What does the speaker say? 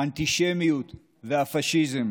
האנטישמיות והפשיזם